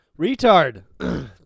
Retard